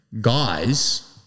Guys